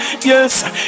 yes